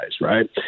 right